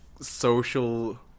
social